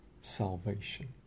salvation